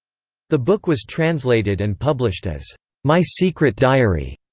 the book was translated and published as my secret diary.